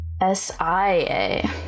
S-I-A